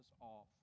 off